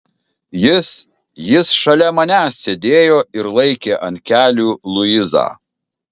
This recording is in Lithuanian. jis jis šalia manęs sėdėjo ir laikė ant kelių luizą